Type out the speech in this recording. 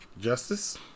Justice